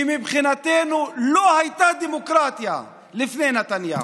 כי מבחינתנו לא הייתה דמוקרטיה לפני נתניהו,